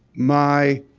my